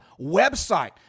website